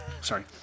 sorry